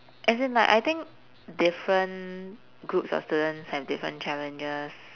as in like I think different groups of students have different challenges